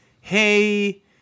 Hey